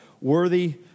worthy